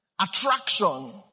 attraction